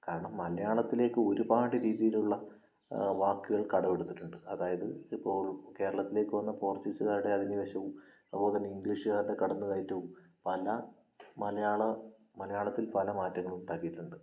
കാരണം മലയാളത്തിലേക്ക് ഒരുപാട് രീതിയിലുള്ള വാക്കുകൾ കടമെടുത്തിട്ടുണ്ട് അതായത് ഇപ്പോൾ കേരളത്തിലേക്ക് വന്ന പോർച്ചുഗീസുകാരുടെ അധിനിവേശവും അതുപോലെതന്നെ ഇംഗ്ലീഷുകാരുടെ കടന്നുകയറ്റവും പല മലയാള മലയാളത്തിൽ പല മാറ്റങ്ങളുമുണ്ടാക്കിയിട്ടുണ്ട്